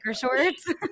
shorts